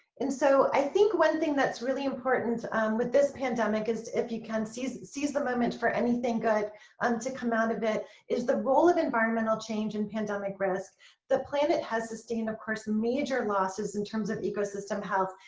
and so iithink one thing that's really important with this pandemic is if you can seize seize the moment for anything good um to come out of it is the role of environmental change and pandemic risk the planet has sustained of course major losses in terms of ecosystem health.